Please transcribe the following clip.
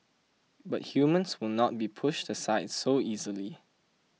but humans will not be pushed aside so easily